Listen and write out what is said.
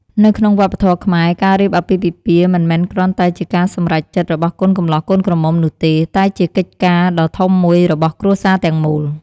នៅក្នុងវប្បធម៌ខ្មែរ ការរៀបអាពាហ៍ពិពាហ៍មិនមែនគ្រាន់តែជាការសម្រេចចិត្តរបស់កូនកម្លោះកូនក្រមុំនោះទេ តែជាកិច្ចការដ៏ធំមួយរបស់គ្រួសារទាំងមូល។